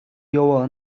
яваа